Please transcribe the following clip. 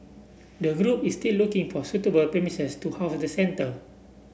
the group is still looking for suitable premises to house the centre